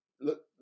Look